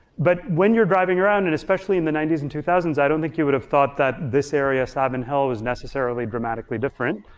but when you're driving around, and especially in the ninety s and two thousand s i don't think you would've thought that this area, savin hill, was necessarily dramatically different.